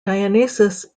dionysus